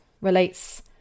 relates